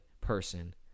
person